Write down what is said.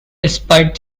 despite